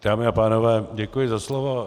Dámy a pánové, děkuji za slovo.